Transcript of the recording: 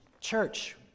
church